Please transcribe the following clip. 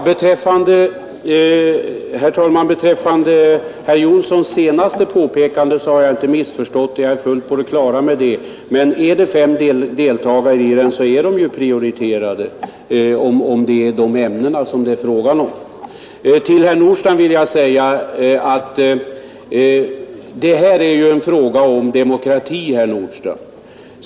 Herr talman! Beträffande herr Jonssons i Alingsås senaste påpekande vill jag säga att jag inte har missuppfattat förslaget, utan jag är fullt på det klara med det. Men är det fem deltagare, så blir de ju prioriterade, om det gäller de ämnen som det är fråga om. Till herr Nordstrandh vill jag säga att det här också är en fråga om demokrati.